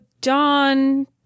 Don